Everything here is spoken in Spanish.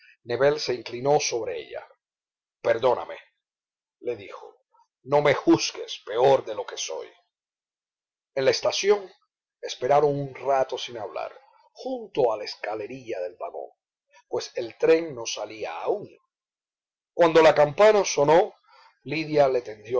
nébel se inclinó sobre ella perdóname le dijo no me juzgues peor de lo que soy en la estación esperaron un rato y sin hablar junto a la escalerilla del vagón pues el tren no salía aún cuando la campana sonó lidia le tendió